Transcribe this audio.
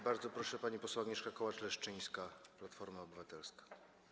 Bardzo proszę, pani poseł Agnieszka Kołacz-Leszczyńska, Platforma Obywatelska.